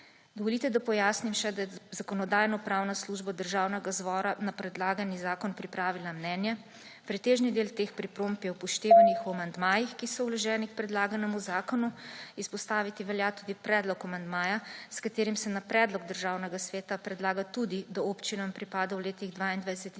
Dovolite, da pojasnim še, da je Zakonodajno-pravna služba Državnega zbora na predlagani zakon pripravila mnenje. Pretežni del teh pripomb je upoštevan v amandmajih, ki so vloženi k predlaganemu zakonu. Izpostaviti velja tudi predlog amandmaja, s katerim se na predlog Državnega sveta predlaga tudi, da občinam pripada v letih 2022